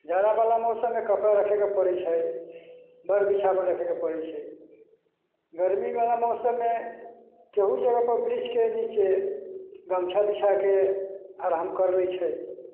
जाड़ावला मौसममे कपड़ा रखैके पड़ै छै बड़ बिछावन रखैके पड़ै छै गरमीवला मौसममे केहू जगहपर वृक्षके निचे गमछा बिछाके आराम करि लै छै